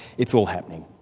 it's all happening.